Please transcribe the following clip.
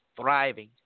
thriving